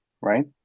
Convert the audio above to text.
right